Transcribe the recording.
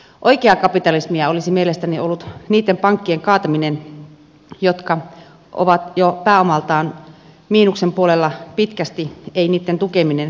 oikeaa kapitalismia olisi mielestäni ollut niitten pankkien kaataminen jotka ovat jo pääomaltaan miinuksen puolella pitkästi ei niitten tukeminen väärin